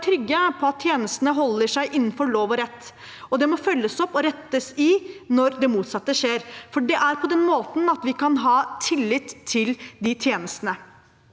vi må være trygge på at tjenestene holder seg innenfor lov og rett, og det må følges opp og rettes opp i når det motsatte skjer, for det er på den måten vi kan ha tillit til de tjenestene.